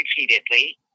repeatedly